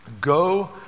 go